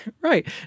Right